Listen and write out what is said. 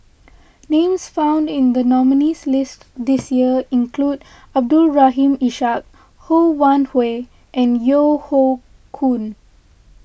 names found in the nominees' list this year include Abdul Rahim Ishak Ho Wan Hui and Yeo Hoe Koon